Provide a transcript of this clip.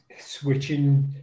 switching